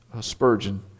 Spurgeon